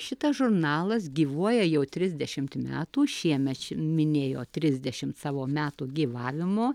šitas žurnalas gyvuoja jau trisdešimt metų šiemet ši minėjo trisdešimt savo metų gyvavimo